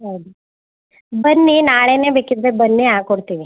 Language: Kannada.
ಹೌದು ಬನ್ನಿ ನಾಳೆನೇ ಬೇಕಿದ್ದರೆ ಬನ್ನಿ ಹಾಕಿಕೊಡ್ತೀವಿ